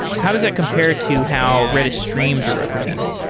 how does that compare to how redis streams are represented?